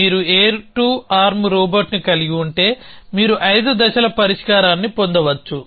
మీరు A2 arm రోబోట్ని కలిగి ఉంటే మీరు ఐదు దశల పరిష్కారాన్ని పొందవచ్చు